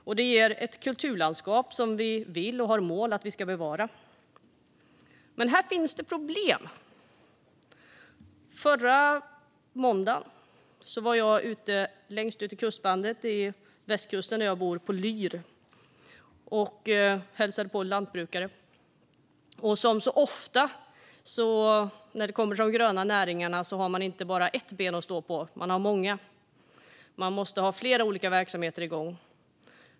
De skapar även ett kulturlandskap, som vi vill och har som mål att bevara. Här finns det dock problem. Förra måndagen var jag längst ut i kustbandet på västkusten, där jag bor, och hälsade på lantbrukare på Lyr. Som så ofta när det kommer till de gröna näringarna har man inte bara ett ben att stå på, utan man har många. Man måste ha flera olika verksamheter igång.